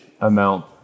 amount